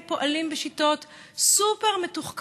הם פועלים בשיטות סופר-מתוחכמות,